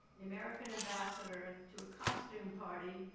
the american ambassador, to a costume party